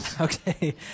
okay